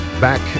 back